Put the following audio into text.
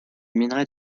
minerai